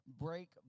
break